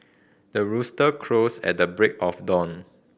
the rooster crows at the break of dawn